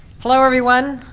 hello, everyone.